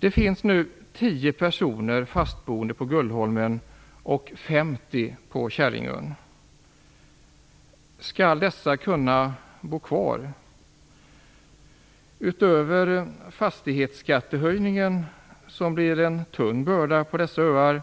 Det finns nu 10 personer fastboende på Gullholmen och 50 på Käringön. Skall dessa kunna bo kvar? Utöver fastighetsskattehöjningen, som blir en tung börda på dessa öar,